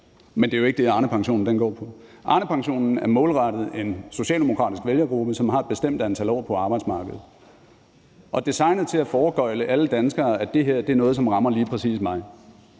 Men det er jo ikke det, Arnepensionen går ud på. Arnepensionen er målrettet en socialdemokratisk vælgergruppe, som har et bestemt antal år på arbejdsmarkedet, og er designet til at foregøgle alle danskere, at det her er noget, som rammer lige præcis dem.